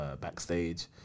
backstage